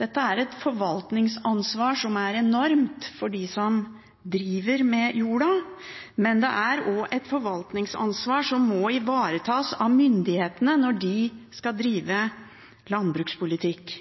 Dette er et forvaltningsansvar som er enormt for dem som driver med jorda, men det er også et forvaltningsansvar som må ivaretas av myndighetene når de skal drive landbrukspolitikk.